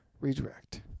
Redirect